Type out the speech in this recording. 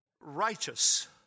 righteous